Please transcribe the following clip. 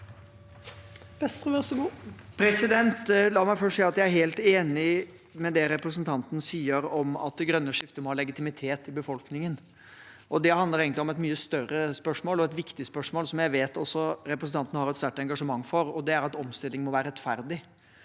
La meg først si at jeg er helt enig i det representanten sier om at det grønne skiftet må ha legitimitet i befolkningen. Det handler egentlig om et mye større spørsmål, og et viktig spørsmål, som jeg vet at også representanten har et sterkt engasjement for, og det er at omstilling må være rettferdig.